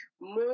more